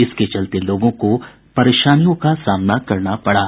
इसके चलते लोगों को परेशानियों को सामना करना पडा